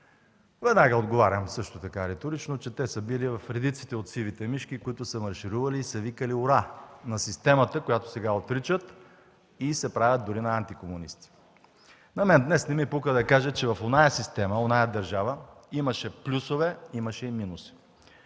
Веднага отговарям също така реторично, че те са били в редиците от сивите мишки, които са марширували и са викали „ура” на системата, която сега отричат и се правят дори на антикомунисти. На мен днес не ми пука да кажа, че в онази система, онази държава, имаше плюсове, имаше и минуси.